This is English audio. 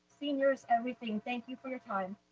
seniors, everything. thank you for your time.